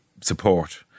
support